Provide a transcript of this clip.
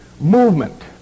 movement